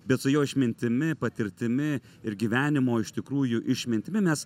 bet su jo išmintimi patirtimi ir gyvenimo iš tikrųjų išmintimi mes